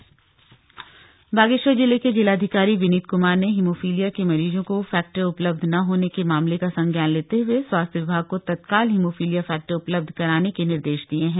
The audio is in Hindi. हिमोफिलिया फैक्टर बागेश्वर जिले के जिलाधिकारी विनीत कुमार ने हिमोफिलिया के मरीजो को फैक्टर उपलब्ध न होने के मामले का संज्ञान लेते हुए स्वास्थ विभाग को तत्काल हिमोफिलिया फैक्टर उपलब्ध कराने के निर्देश दिये है